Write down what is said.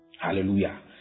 Hallelujah